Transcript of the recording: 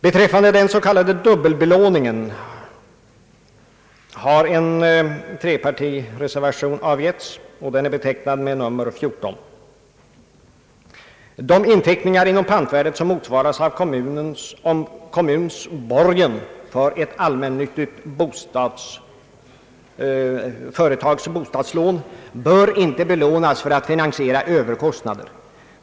Beträffande den s.k. dubbelbelåningen har en trepartireservation avgivits, betecknad med nr 14. De inteckningar inom pantvärdet som motsvaras av kommunens borgen för ett allmännyttigt företags bostadslån bör inte belånas för att finansiera överkostnader.